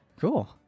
Cool